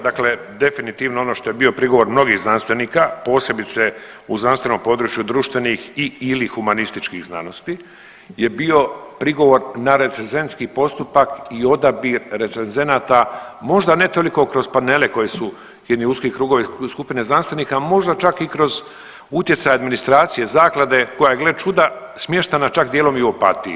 Dakle, definitivno ono što je bio prigovor mnogih znanstvenika posebice u znanstvenom području društvenih i/ili humanističkih znanosti je bio prigovor na recenzentski postupak i odabir recenzenata možda ne toliko kroz panele koji su jedni uski krugovi skupine znanstvenika, možda čak i kroz utjecaj administracije zaklade koja je gle čuda smještena čak dijelom i u Opatiji.